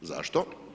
Zašto?